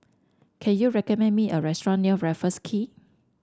can you recommend me a restaurant near Raffles Quay